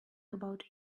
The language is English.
about